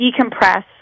decompress